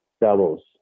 doubles